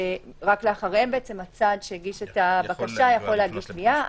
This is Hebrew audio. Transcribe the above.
שרק אחריהם הצד שהגיש את הבקשה יכול להגיש את התביעה.